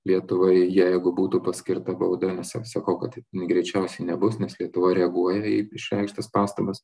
lietuvai jeigu būtų paskirta bauda nes sakau kad greičiausiai nebus nes lietuva reaguoja į išreikštas pastabas